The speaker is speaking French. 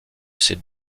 ces